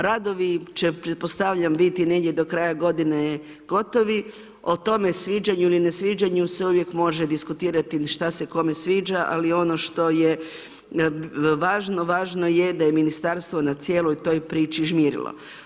Radovi će pretpostavljam biti negdje do kraja godine gotovi, o tome sviđanju ili nesviđanju se uvijek može diskutirati šta se kome sviđa ali ono što je važno, važno je da je ministarstvo na cijeloj toj priči žmirilo.